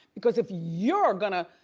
because if you're gonna